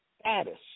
status